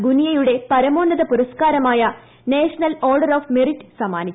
ഗുനിയയുടെ പരമോന്നത പുരസ്കാരമായ national order of merit സമ്മാനിച്ചു